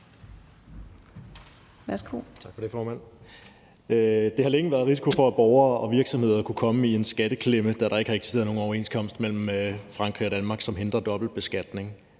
Der har længe været risiko for, at borgere og virksomheder har kunnet komme i en skatteklemme, da der ikke har eksisteret nogen overenskomst mellem Frankrig og Danmark, som hindrer dobbeltbeskatning,